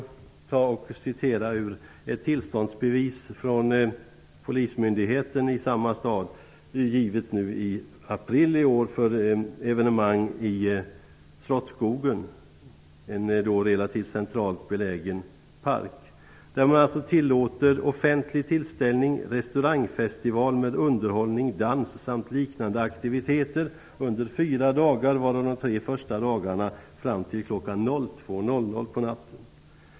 Jag kan också citera ur ett tillståndsbevis av polismyndigheten i samma stad, givet i april i år för evenemang i Slottsskogen, en relativt centralt belägen park. Där tillåter polisen offentlig tillställning, restaurangfestival med underhållning, dans samt liknande aktiviteter under fyra dagar, varav de tre första fram till kl. 02.00 på natten.